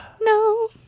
no